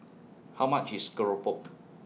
How much IS Keropok